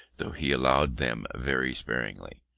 though he allowed them very sparingly.